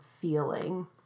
feeling